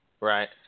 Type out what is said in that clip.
Right